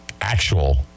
actual